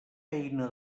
eina